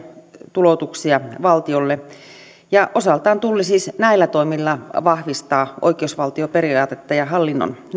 tuloutuksia valtiolle osaltaan tulli siis näillä toimilla vahvistaa oikeusvaltioperiaatetta ja hallinnon